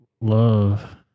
love